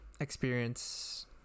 experience